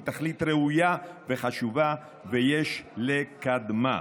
היא תכלית ראויה וחשובה ויש לקדמה.